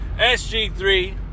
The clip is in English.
SG3